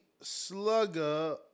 Slugger